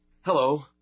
Hello